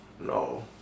No